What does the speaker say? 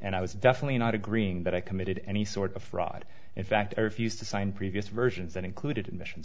and i was definitely not agreeing that i committed any sort of fraud in fact i refused to sign previous versions and included in missions of